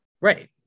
Right